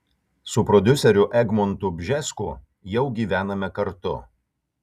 su prodiuseriu egmontu bžesku jau gyvename kartu